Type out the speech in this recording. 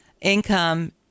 Income